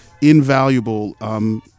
invaluable